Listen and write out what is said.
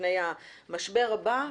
לפני המשבר הבא,